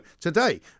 today